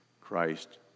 Christ